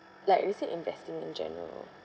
like you said investing in general